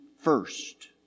First